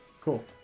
Cool